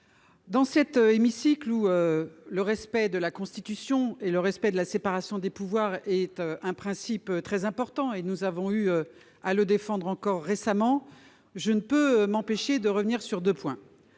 Dans cet hémicycle où le respect de la Constitution et de la séparation des pouvoirs est un principe important, que nous avons dû défendre encore récemment, je ne peux m'empêcher de revenir sur deux points.